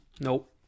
Nope